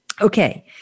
Okay